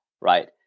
right